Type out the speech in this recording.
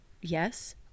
Yes